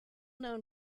known